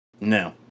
No